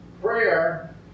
prayer